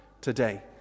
today